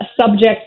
subject